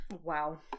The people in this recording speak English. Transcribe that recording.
Wow